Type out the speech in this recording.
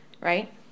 right